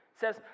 says